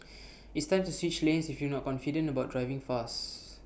it's time to switch lanes if you're not confident about driving fast